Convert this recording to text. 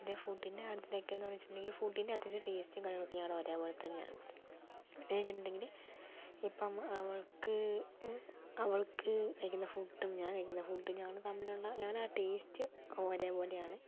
പിന്നെ ഫുഡിന്റെ കാര്യത്തിലൊക്കെയെന്ന് വെച്ചിട്ടുണ്ടെങ്കിൽ ഫുഡിന്റെ അത്യാവശ്യം ടേസ്റ്റും കാര്യങ്ങളൊക്കെ ഞങ്ങളുടെ ഒരേപോലെ തന്നെയാണ് എന്താ വെച്ചിട്ടുണ്ടെങ്കിൽ ഇപ്പം അവൾക്ക് അവൾക്ക് കഴിക്കുന്ന ഫുഡും ഞാൻ കഴിക്കുന്ന ഫുഡും ഞങ്ങൾ തമ്മിലുള്ള ഞങ്ങളുടെ ആ ടേസ്റ്റ് ഒരേപോലെയാണ്